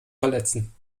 verletzen